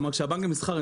גם כשהבנק למסחר קרס,